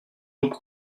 donc